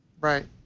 right